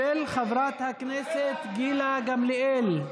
של חברת הכנסת גילה גמליאל.